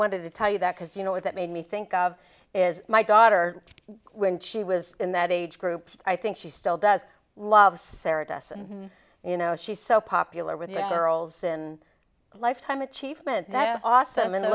wanted to tell you that because you know what that made me think of is my daughter when she was in that age group i think she still does love sarah to us and you know she's so popular with young girls and lifetime achievement that is awesome in the